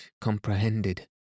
comprehended